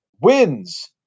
wins